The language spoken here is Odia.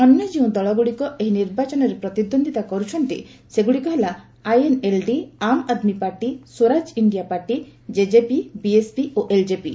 ଅନ୍ୟ ଯେଉଁ ଦଳଗୁଡ଼ିକ ଏହି ନିର୍ବାଚନରେ ପ୍ରତିଦ୍ୱନ୍ଦିତା କରୁଛନ୍ତି ସେଗୁଡ଼ିକ ହେଲା INLD Aam Aadmi party Swaraj India party JJP BSP ଓ ଏଲ୍ଜେପି